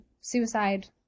suicide